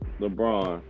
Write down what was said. LeBron